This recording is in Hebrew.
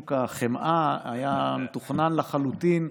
שוק החמאה היה מתוכנן לחלוטין.